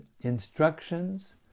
Instructions